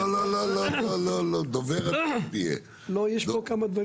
לא, יש פה כמה דברים.